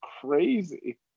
crazy